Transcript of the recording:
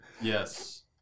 Yes